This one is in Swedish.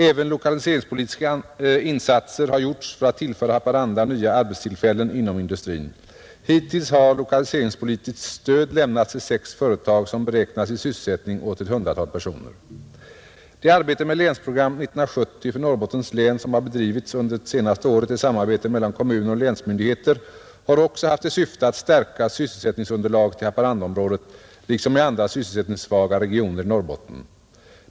Även lokaliseringspolitiska insatser har gjorts för att tillföra Haparanda nya arbetstillfällen inom industrin. Hittills har lokaliseringspolitiskt stöd lämnats till sex företag som beräknas ge sysselsättning åt ett hundratal personer. Det arbete med Länsprogram 70 för Norrbottens län som har bedrivits under det senaste året i samarbete mellan kommuner och länsmyndigheter har också haft till syfte att stärka sysselsättningsunderlaget i Haparandaområdet liksom i andra sysselsättningssvaga regioner i Norrbotten.